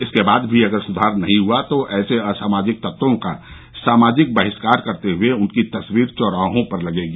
इसके बाद भी अगर सुधार नहीं हुआ तो ऐसे असामाजिक तत्वों का सामाजिक बहिष्कार करते हुए उनकी तस्वीर चौराहों पर लगेंगी